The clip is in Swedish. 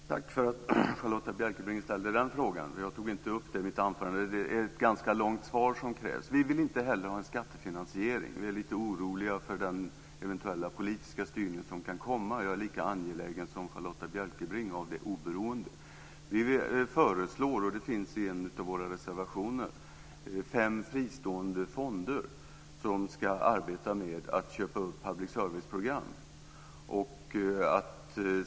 Fru talman! Tack för att Charlotta Bjälkebring ställde den frågan, som jag inte tog upp i mitt anförande. Det är ett ganska långt svar som krävs. Vi vill inte heller ha en skattefinansiering. Vi är lite oroliga för den eventuella politiska styrning som kan komma, och jag är lika angelägen som Charlotta Bjälkebring om oberoendet. Vi föreslår, och det finns i en av våra reservationer, fem fristående fonder som ska arbeta med att köpa upp public service-program.